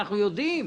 אנחנו יודעים.